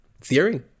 theory